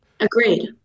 Agreed